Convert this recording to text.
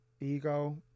ego